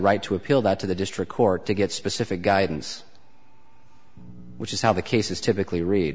right to appeal that to the district court to get specific guidance which is how the cases typically read